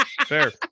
Fair